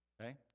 Okay